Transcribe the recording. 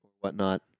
whatnot